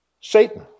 Satan